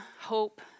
hope